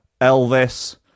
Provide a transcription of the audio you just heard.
Elvis